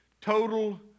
Total